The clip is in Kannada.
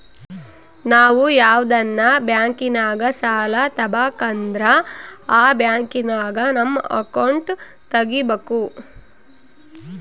ನಾವು ಯಾವ್ದನ ಬ್ಯಾಂಕಿನಾಗ ಸಾಲ ತಾಬಕಂದ್ರ ಆ ಬ್ಯಾಂಕಿನಾಗ ನಮ್ ಅಕೌಂಟ್ ತಗಿಬಕು